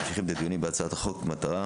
אנו ממשיכים בדיונים בהצעת החוק במטרה